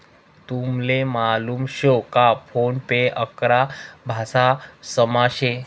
तुमले मालूम शे का फोन पे अकरा भाषांसमा शे